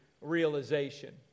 realization